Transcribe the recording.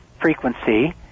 frequency